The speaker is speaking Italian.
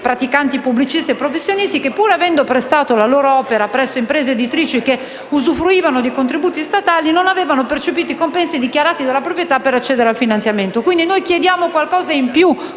praticanti pubblicisti e professionisti, che, pur avendo prestato la loro opera presso imprese editrici che usufruivano di contributi statali, non hanno percepito i compensi dichiarati dalla proprietà per accedere al finanziamento. Pertanto, collega relatore, noi chiediamo qualcosa in più.